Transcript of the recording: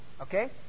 okay